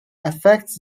affects